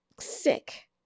sick